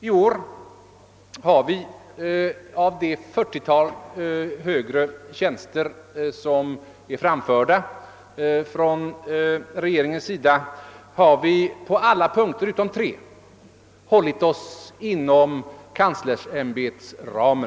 I år har vi av det 40-tal höga tjänster som har föreslagits av regeringen på alla punkter utom tre hållit oss inom kanslersämbetets ram.